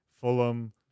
Fulham